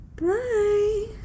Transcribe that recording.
bye